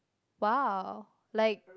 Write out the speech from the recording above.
!wow! like